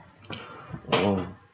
oh